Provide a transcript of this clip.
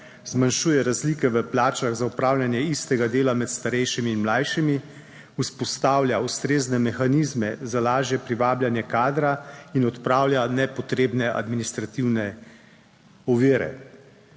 zmanjšuje razlike v plačah za opravljanje istega dela med starejšimi in mlajšimi, vzpostavlja ustrezne mehanizme za lažje privabljanje kadra in odpravlja nepotrebne administrativne ovire.